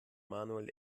manuel